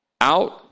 out